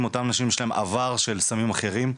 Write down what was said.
אותם אנשים יש להם עבר של סמים אחרים,